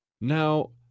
Now